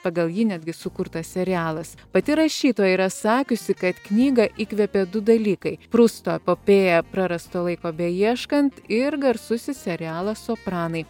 pagal jį netgi sukurtas serialas pati rašytoja yra sakiusi kad knygą įkvėpė du dalykai prusto epopėja prarasto laiko beieškant ir garsusis serialas sopranai